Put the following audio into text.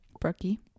Brookie